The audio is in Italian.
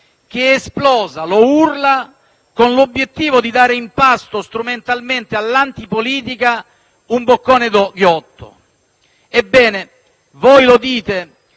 che è esplosa; lo urla con l'obiettivo di dare in pasto strumentalmente all'antipolitica un boccone ghiotto. Ebbene voi dite